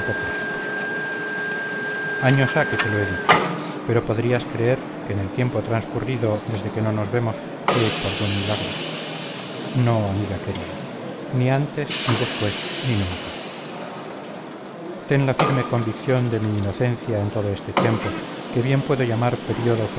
absolutamente apócrifos años ha que te lo he dicho pero podrías creer que en el tiempo transcurrido desde que no nos vemos he hecho algún milagro no amiga querida ni antes ni después ni nunca ten la firme convicción de mi inocencia en todo ese tiempo que bien puedo llamar período